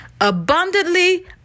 abundantly